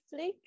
Netflix